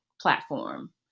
platform